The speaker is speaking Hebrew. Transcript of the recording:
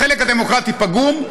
החלק הדמוקרטי פגום,